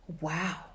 Wow